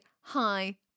hi